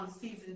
season